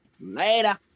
Later